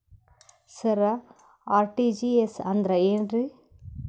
ಸರ RTGS ಅಂದ್ರ ಏನ್ರೀ?